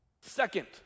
Second